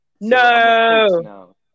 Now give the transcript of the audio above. No